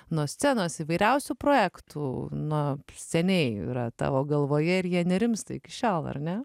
nuo scenos įvairiausių projektų na seniai yra tavo galvoje ir jie nerimsta iki šiol ar ne